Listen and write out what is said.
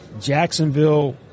Jacksonville